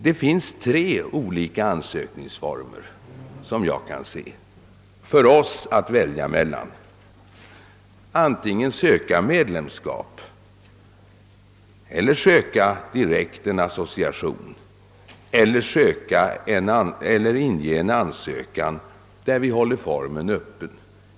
Det finns efter vad jag kan se tre olika ansökningsformer som Sverige kan välja mellan. Antingen kan Sverige söka medlemskap eller en direkt association eller också inge en ansökan där formen hålles öppen.